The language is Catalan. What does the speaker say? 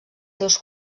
seus